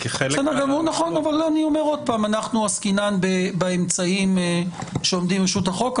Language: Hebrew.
אנחנו עוסקים באמצעים שעומדים לרשות החוק.